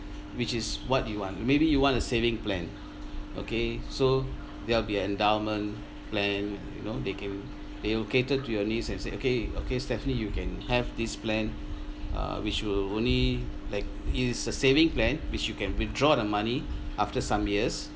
which is what you want maybe you want a saving plan okay so there'll be endowment plan you know they can they will cater to your needs and say okay okay stephanie you can have this plan uh which will only like it is a saving plan which you can withdraw the money after some years